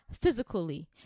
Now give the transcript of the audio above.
physically